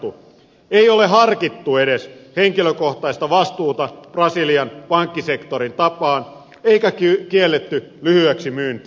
ei ole harkittu edes henkilökohtaista vastuuta brasilian pankkisektorin tapaan eikä kielletty lyhyeksi myyntiä